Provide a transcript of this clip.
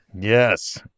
Yes